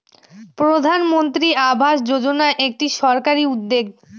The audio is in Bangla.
প্রধানমন্ত্রী আবাস যোজনা একটি সরকারি উদ্যোগ